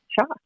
shock